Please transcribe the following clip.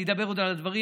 אני עוד אדבר על הדברים,